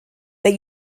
that